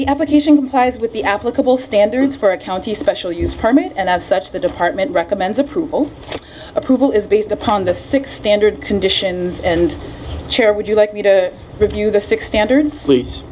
the application ties with the applicable standards for a county special use permit and as such the department recommends approval approval is based upon the six standard conditions and chair would you like me to review the six hundred s